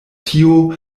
tio